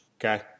okay